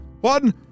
one